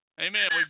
Amen